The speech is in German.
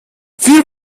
viel